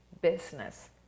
business